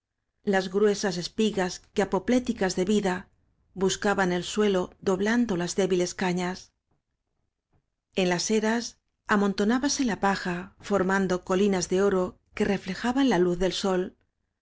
las gruesas espigas que apopléticas de vida buscaban el suelo doblando las débiles cañas en las eras amontonábase la paja forman do colinas de oro que reflejaban la luz del sol